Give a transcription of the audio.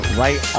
right